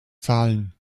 zahlen